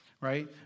right